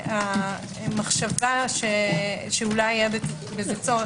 המחשבה שאולי יהיה בזה צורך,